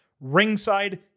Ringside